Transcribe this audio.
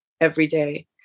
everyday